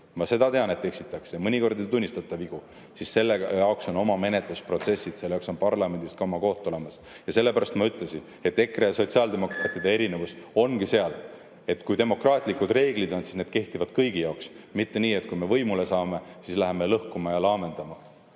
ma seda tean, et eksitakse ja mõnikord ei tunnistata vigu –, siis selle jaoks on oma menetlusprotsessid. Selle jaoks on parlamendis ka oma koht olemas. Ja sellepärast ma ütlesin, et EKRE ja sotsiaaldemokraatide erinevus ongi selles, et kui meil on demokraatlikud reeglid, siis need kehtivad kõigi jaoks, mitte nii, et kui me võimule saame, siis läheme lõhkuma ja laamendama.